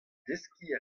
deskiñ